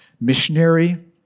missionary